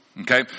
okay